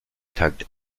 tugged